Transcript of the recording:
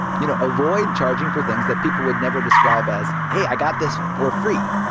you know, avoid charging for things that people would never describe as hey, i got this for free,